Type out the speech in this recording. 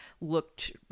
looked